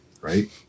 Right